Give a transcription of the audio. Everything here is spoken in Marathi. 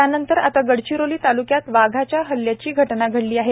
त्यानंतर आता गडचिरोली तालुक्यात वाघाच्या हल्ल्याची घटना घडली आहे